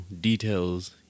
details